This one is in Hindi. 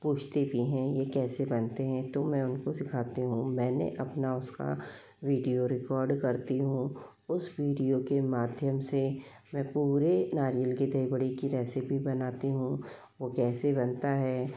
पूछते भी हैं ये कैसे बनते हैं तो मैं उनको सिखाती हूँ मैंने अपना उसका वीडियो रिकॉर्ड करती हूँ उस वीडियो के माध्यम से मैं पूरे नारियल के दही बड़े की रेसिपी बनाती हूँ वो कैसे बनता है